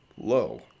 low